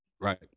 Right